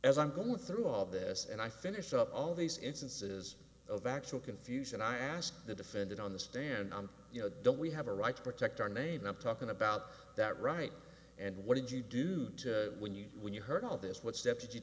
as i'm going through all this and i finish up all these instances of actual confusion i ask the defendant on the stand on you know don't we have a right to protect our name up talking about that right and what did you do to when you when you heard all this what steps would you